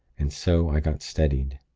and so i got steadied.